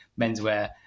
menswear